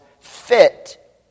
fit